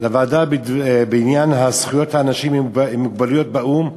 לוועדה לזכויות אנשים עם מוגבלות של האו"ם.